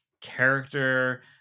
character